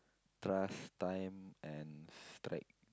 trust time and strength